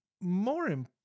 more